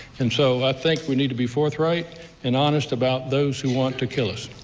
and so i think we need to be forthright and honest about those who want to kill us.